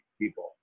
people